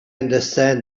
understands